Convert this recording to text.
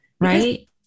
Right